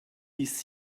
ist